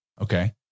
Okay